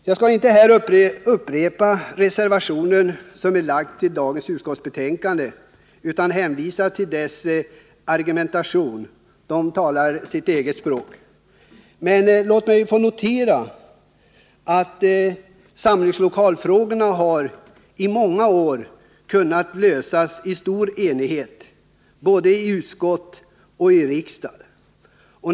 Jag skall inte upprepa innehållet i reservationen som är fogad till detta utskottsbetänkande utan hänvisar till dess argumentation, som talar sitt eget språk. Men låt mig få notera att samlingslokalsfrågorna i många år har kunnat lösas i stor enighet, både i utskott och i kammaren.